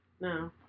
No